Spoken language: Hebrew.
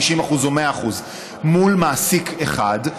90% או 100% היא מול מעסיק אחד,